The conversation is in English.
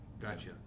Gotcha